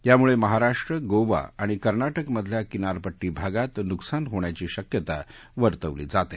यामुळे महाराष्ट्र गोवा आणि कर्नाटकमधल्या किनारपट्टी भागात नुकसान होण्याची शक्यता वर्तवली जाते